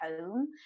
home